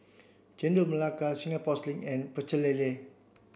Chendol Melaka Singapore Sling and Pecel Lele